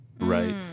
right